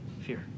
Fear